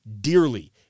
dearly